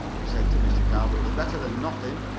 he said to mr. carr. but it is better than nothing.